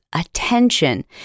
attention